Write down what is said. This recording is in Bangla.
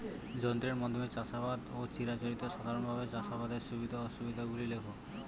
যন্ত্রের মাধ্যমে চাষাবাদ ও চিরাচরিত সাধারণভাবে চাষাবাদের সুবিধা ও অসুবিধা গুলি লেখ?